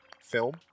film